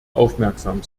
aufmerksam